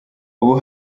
ubu